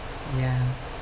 yeah